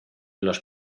los